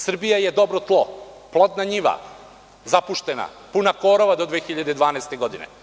Srbija je dobro tlo, plodna njiva, zapuštena, puna korova do 2012. godine.